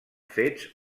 fets